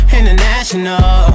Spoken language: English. International